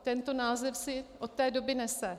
Tento název si od té doby nese.